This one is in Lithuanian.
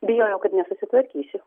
bijojau kad nesusitvarkysiu